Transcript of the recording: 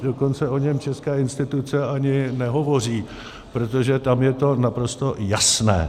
Dokonce o něm české instituce ani nehovoří, protože tam je to naprosto jasné.